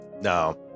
No